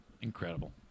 incredible